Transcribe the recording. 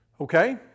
Okay